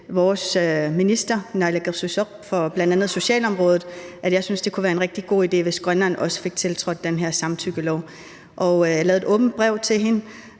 vores minister, naalakkersuisoq, for bl.a. socialområdet, at jeg syntes, det kunne være en rigtig god idé, hvis Grønland også tiltrådte den her samtykkelov. Jeg skrev et åbent brev til hende,